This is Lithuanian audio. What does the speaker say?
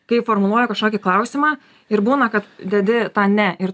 kai formuluoja kažkokį klausimą ir būna kad dedi tą ne ir